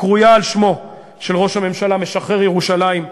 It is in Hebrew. הקרויה על שמו של ראש הממשלה משחרר ירושלים,